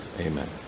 Amen